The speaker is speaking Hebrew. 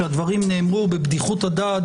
שהדברים נאמרו בבדיחות הדעת,